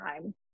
time